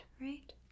right